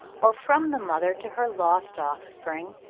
or from the mother to her lost offspring,